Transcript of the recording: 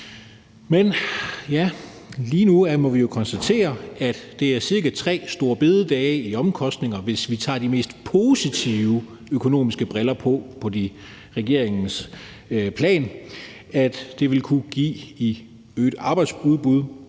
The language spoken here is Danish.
sig. Lige nu må vi jo konstatere, at det er cirka tre store bededage i omkostninger, hvis vi tager de mest positive økonomiske briller på i forhold til regeringens plan, som det vil kunne give i øget arbejdsudbud